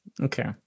Okay